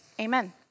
Amen